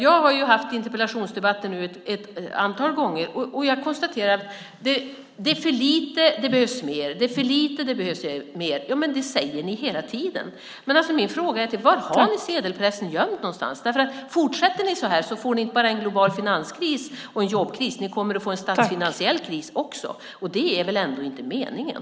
Jag har nu haft interpellationsdebatter ett antal gånger, och jag konstaterar att ni hela tiden säger att det är för lite, det behövs mer. Det är för lite. Det behövs mer. Min fråga till er är: Var har ni sedelpressen gömd någonstans? Fortsätter ni så här får ni inte bara en global finanskris och en jobbkris, ni kommer att få en statsfinansiell kris också. Det är väl ändå inte meningen.